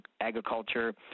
agriculture